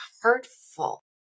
hurtful